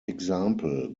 example